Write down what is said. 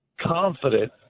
confident